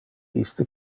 iste